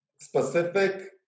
specific